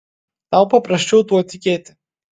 tau paprasčiau tuo tikėti